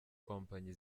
kompanyi